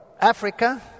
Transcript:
Africa